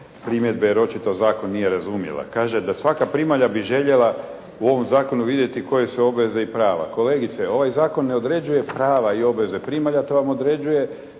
primjedbe jer očito zakon nije razumjela. Kaže da svaka primalja bi željela u ovom zakonu vidjeti koje su joj obveze i prava. Kolegice, ovaj zakon ne određuje prava i obveze primalja, to vam određuje